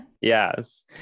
Yes